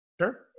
Sure